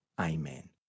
Amen